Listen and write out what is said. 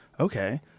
Okay